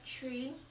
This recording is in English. tree